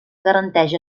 garanteix